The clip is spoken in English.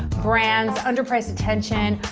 brands, under-priced attention,